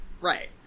Right